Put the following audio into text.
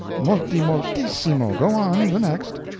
moltimoltissimo! go on, the next!